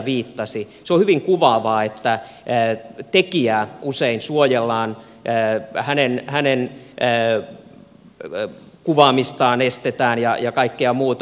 se on hyvin kuvaavaa että tekijää usein suojellaan hänen kuvaamistaan estetään ja kaikkea muuta